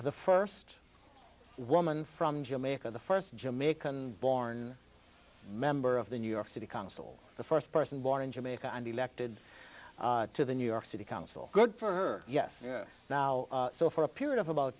the first woman from jamaica the first jamaican born member of the new york city council the first person born in jamaica and elected to the new york city council good for her yes now so for a period of about